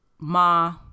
Ma